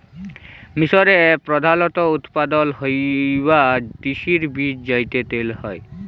মিসরে প্রধালত উৎপাদল হ্য়ওয়া তিসির বীজ যাতে তেল হ্যয়